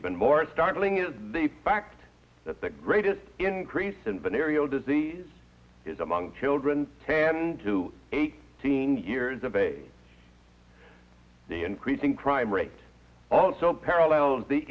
even more startling is the fact that the greatest increase in venereal disease is among children tend to eighteen years of age the increasing crime rate also parallels the